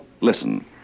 Listen